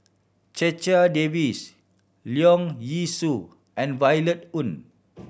Checha Davies Leong Yee Soo and Violet Oon